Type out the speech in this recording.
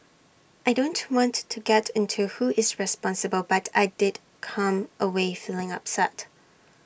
I don't want to get into who is responsible but I did come away feeling upset